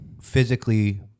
physically